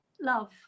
Love